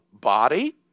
body